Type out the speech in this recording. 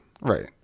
right